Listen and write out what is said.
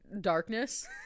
darkness